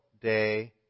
day